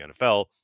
NFL